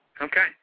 Okay